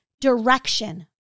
direction